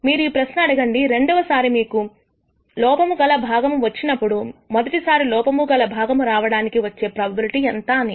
మీరు ఈ ప్రశ్న అడగండి రెండవ సారి మీకు లోపము గల భాగము వచ్చినప్పుడు మొదటిసారి లోపము గల భాగము రావడానికి వచ్చే ప్రోబబిలిటి ఎంత అని